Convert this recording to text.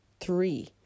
three